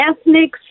ethnic